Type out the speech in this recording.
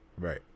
right